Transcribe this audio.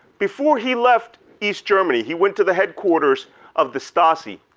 before he left east germany, he went to the headquarters of the stasi,